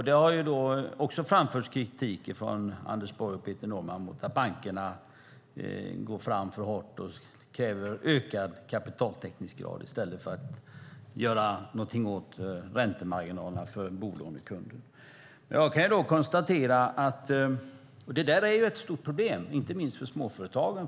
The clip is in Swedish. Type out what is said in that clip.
Det har framförts kritik från Anders Borg och Peter Norman mot att bankerna går fram för hårt och kräver ökad kapitaltäckningsgrad i stället för att göra någonting åt räntemarginalerna för bolånekunderna. Detta är ett stort problem, inte minst för småföretagen.